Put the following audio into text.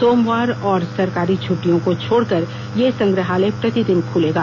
सोमवार और सरकारी छुट्टियों को छोड़कर ये संग्रहालय प्रतिदिन खुलेगा